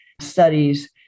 studies